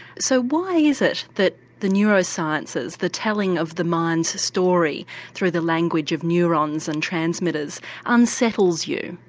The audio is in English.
so why is it that the neurosciences, the telling of the mind's story through the language of neurons and transmitters unsettles you?